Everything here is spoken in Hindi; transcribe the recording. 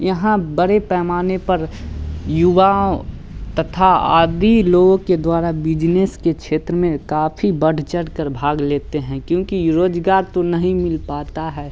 यहाँ बड़े पैमाने पर युवाओं तथा आदि लोगों के द्वारा बिजनेस के क्षेत्र में काफ़ी बढ़ चढ़ कर भाग लेते हैं क्योंकि रोज़गार तो नहीं मिल पाता है